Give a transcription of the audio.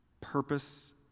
purpose